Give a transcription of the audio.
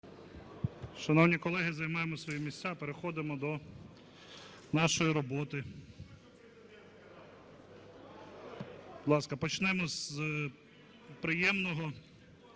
Шановні колеги, займаємо свої місця, переходимо до нашої роботи. Будь ласка, починаємо з приємного.